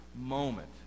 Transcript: moment